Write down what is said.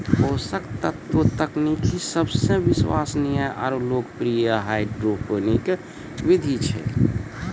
पोषक तत्व तकनीक सबसे विश्वसनीय आरु लोकप्रिय हाइड्रोपोनिक विधि छै